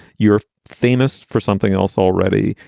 you're famous for something else already,